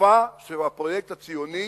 וסופו של הפרויקט הציוני